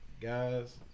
guys